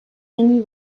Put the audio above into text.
není